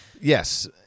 Yes